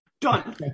done